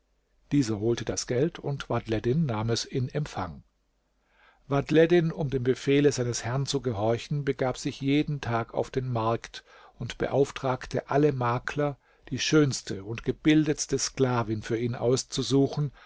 dieser holte das geld und vadhleddin nahm es in empfang vadhleddin um dem befehle seines herrn zu gehorchen begab sich jeden tag auf den markt und beauftragte alle makler die schönste und gebildetste sklavin für ihn auszusuchen